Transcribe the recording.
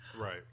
right